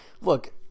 Look –